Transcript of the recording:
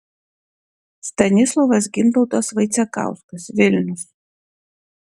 stanislovas gintautas vaicekauskas vilnius